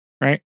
right